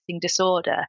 disorder